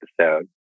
episode